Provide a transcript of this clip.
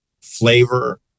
flavor